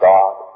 God